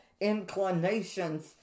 inclinations